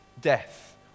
death